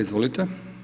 Izvolite.